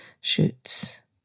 shoots